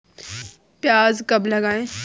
प्याज कब लगाएँ?